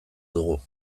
dugu